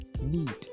need